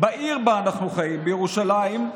בעיר שבה אנחנו חיים, בירושלים,